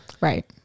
right